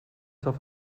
zur